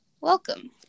Welcome